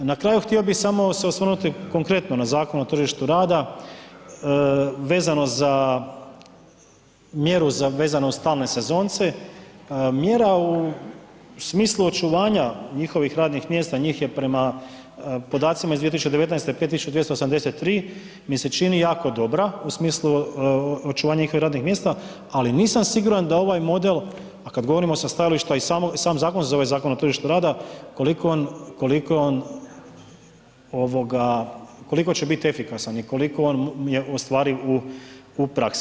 Na kraju htio bi samo se osvrnuti konkretno na Zakon o tržištu rada, vezano za mjeru vezano uz stalne sezonce, mjera u smislu očuvanja njihovih radnih mjesta, njih je prema podacima iz 2019., 5283, mi se čini jako dobra u smislu očuvanja njihovih radnih mjesta ali nisam siguran da ovaj model a kad govorimo sa stajališta i sam zakon se zove Zakon o tržištu rada, koliko će biti efikasan i koliko je on ostvariv u praksi.